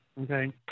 Okay